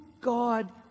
God